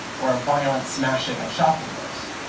or a violent smashing of shop windows?